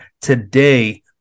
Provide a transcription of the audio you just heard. Today